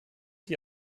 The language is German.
die